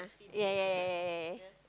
ya ya ya ya ya ya